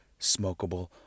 smokable